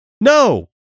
No